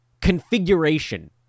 configuration